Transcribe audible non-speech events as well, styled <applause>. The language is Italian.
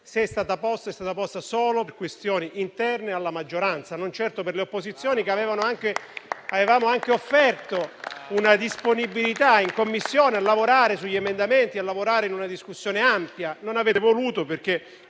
di fiducia è stata posta solo per questioni interne alla maggioranza, non certo per le opposizioni, <applause> che avevano anche offerto una disponibilità in Commissione a lavorare sugli emendamenti, in una discussione ampia. Non avete voluto, perché